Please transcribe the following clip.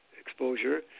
exposure